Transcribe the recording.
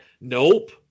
Nope